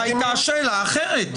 הייתה שאלה אחרת.